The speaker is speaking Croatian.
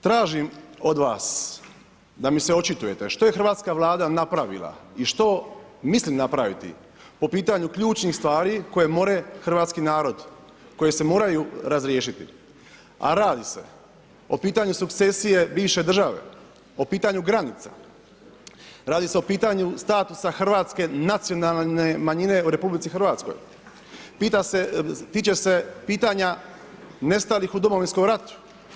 Tražim od vas da mi se očitujete što je hrvatska Vlada napravila i što misli napraviti po pitanju ključnih stvari koje more hrvatski narod, koje se moraju razriješiti, a radi se o pitanju sukcesije bivše države, o pitanju granica, radi se o pitanju statusa hrvatske nacionalne manjine u RH, tiče se pitanja nestalih u Domovinskom ratu.